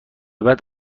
بعد